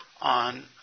on